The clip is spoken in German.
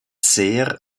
sehr